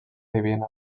divina